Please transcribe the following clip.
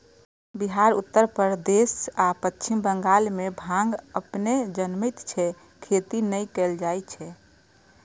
बिहार, उत्तर प्रदेश आ पश्चिम बंगाल मे भांग अपने जनमैत छै, खेती नै कैल जाए छै